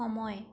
সময়